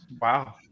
Wow